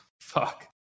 Fuck